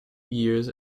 years